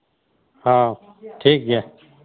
ᱦᱚᱸ ᱴᱷᱤᱠᱜᱮᱭᱟ